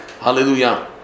hallelujah